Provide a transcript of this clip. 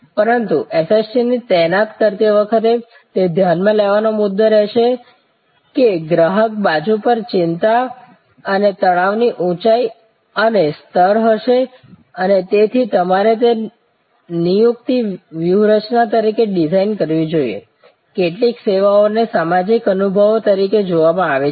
પરંતુ SST ની તૈનાત કરતી વખતે તે ધ્યાનમાં લેવાનો મુદ્દો રહે છે કે ગ્રાહક બાજુ પર ચિંતા અને તણાવની ઊંચાઈ અને સ્તર હશે અને તેથી તમારે તે નિયુક્તિ વ્યૂહરચના તરીકે ડિઝાઇન કરવી જોઈએ કેટલીક સેવાઓને સામાજિક અનુભવો તરીકે જોવામાં આવે છે